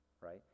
Right